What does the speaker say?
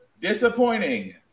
disappointing